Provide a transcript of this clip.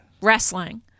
wrestling